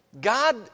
God